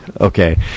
Okay